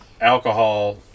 alcohol